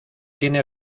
tiene